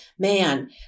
man